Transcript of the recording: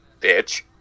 Bitch